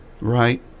right